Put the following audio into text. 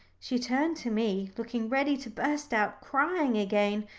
she turned to me, looking ready to burst out crying again,